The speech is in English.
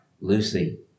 Lucy